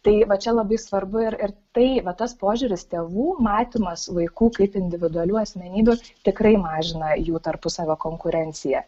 tai va čia labai svarbu ir ir tai vat tas požiūris tėvų matymas vaikų kaip individualių asmenybių tikrai mažina jų tarpusavio konkurenciją